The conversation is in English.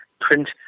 print